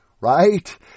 Right